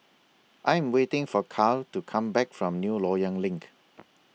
I Am waiting For Kyle to Come Back from New Loyang LINK